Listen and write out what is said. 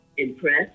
impressed